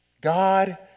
God